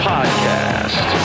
Podcast